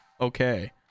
okay